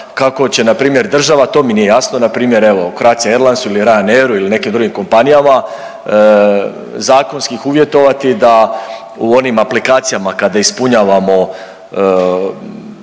kako će npr. država, to mi nije jasno, npr. evo, Croatia Airlinesu ili Ryanairu ili nekim drugim kompanijama, zakonskih uvjetovati da u onim aplikacijama kada ispunjavamo